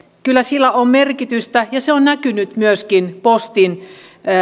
kyllä sillä on merkitystä ja se on näkynyt myöskin postin